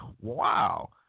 wow